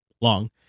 long